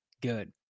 good